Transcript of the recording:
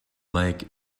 lake